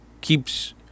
keeps